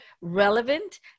relevant